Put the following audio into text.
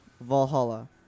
Valhalla